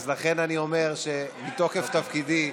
אז לכן אני אומר שמתוקף תפקידי,